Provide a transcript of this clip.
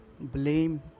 blame